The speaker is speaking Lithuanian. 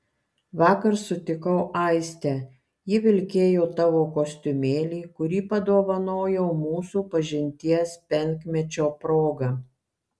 vakar sutikau aistę ji vilkėjo tavo kostiumėlį kurį padovanojau mūsų pažinties penkmečio proga